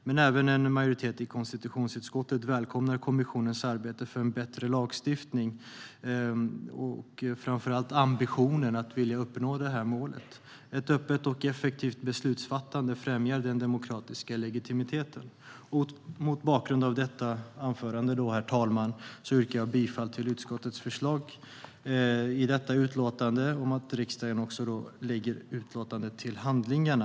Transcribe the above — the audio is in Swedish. Men även en majoritet i konstitutionsutskottet välkomnar kommissionens arbete för en bättre lagstiftning och framför allt ambitionen att uppnå det här målet. Ett öppet och effektivt beslutsfattande främjar den demokratiska legitimiteten. Mot bakgrund av detta anförande, herr talman, yrkar jag bifall till utskottets förslag till beslut om att riksdagen ska lägga utlåtandet till handlingarna.